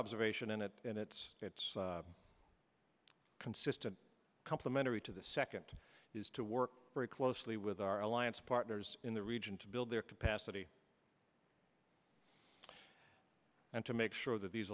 observation in it and it's consistent complimentary to the second is to work very closely with our alliance partners in the region to build their capacity and to make sure that these